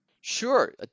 Sure